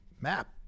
map